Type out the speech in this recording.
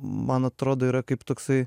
man atrodo yra kaip toksai